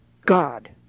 God